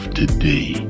today